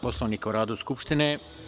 Poslovnika o radu Skupštine.